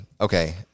okay